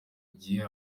gihe